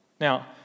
Now